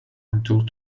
until